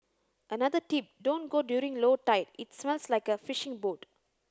another tip don't go during low tide it smells like a fishing boat